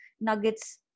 nuggets